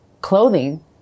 clothing